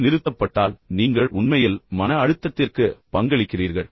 இது நிறுத்தப்பட்டால் நீங்கள் உண்மையில் மன அழுத்தத்திற்கு பங்களிக்கிறீர்கள்